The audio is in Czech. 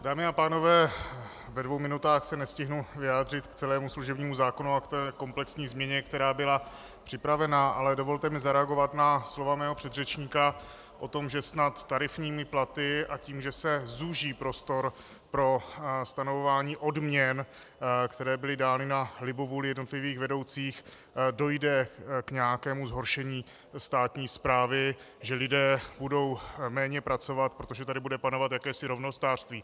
Dámy a pánové, ve dvou minutách se nestihnu vyjádřit k celému služebnímu zákonu a k té komplexní změně, která byla připravena, ale dovolte mi zareagovat na slova mého předřečníka o tom, že snad tarifními platy a tím, že se zúží prostor pro stanovování odměn, které byly dány na libovůli jednotlivých vedoucích, dojde k nějakému zhoršení státní správy, že lidé budou méně pracovat, protože tady bude panovat jakési rovnostářství.